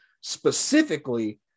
specifically